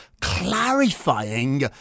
clarifying